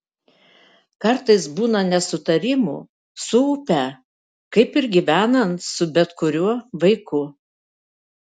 kartais būna nesutarimų su upe kaip ir gyvenant su bet kuriuo vaiku